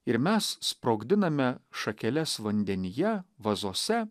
ir mes sprogdiname šakeles vandenyje vazose